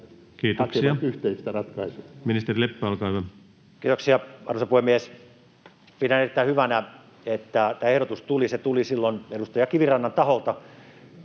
kesk) Time: 16:21 Content: Kiitoksia, arvoisa puhemies! Pidän erittäin hyvänä, että tämä ehdotus tuli. Se tuli silloin edustaja Kivirannan taholta